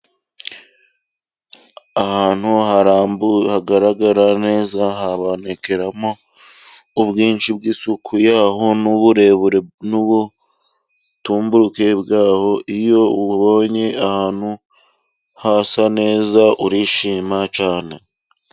Ahantu harambu hagaragara neza, habonekeramo ubwinshi bw'isuku yaho n'uburebure n'ubutumburuke bwaho. Iyo ubonye ahantu hasa neza urishima cyane.